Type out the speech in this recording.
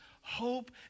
hope